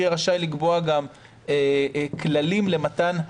תגמולים או